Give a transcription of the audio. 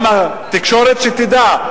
ושגם התקשורת שתדע,